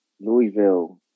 Louisville